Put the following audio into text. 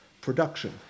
production